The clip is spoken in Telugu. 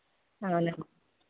అవునండి